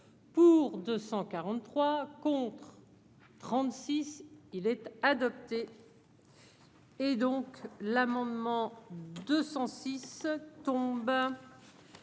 pour 243 contre 36 il était adopté. Et donc l'amendement 206 tomber